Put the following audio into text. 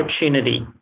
opportunity